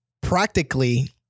practically